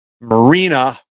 Marina